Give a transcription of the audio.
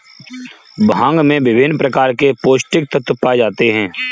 भांग में विभिन्न प्रकार के पौस्टिक तत्त्व पाए जाते हैं